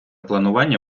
планування